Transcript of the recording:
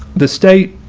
the state